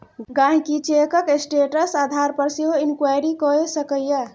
गांहिकी चैकक स्टेटस आधार पर सेहो इंक्वायरी कए सकैए